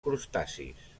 crustacis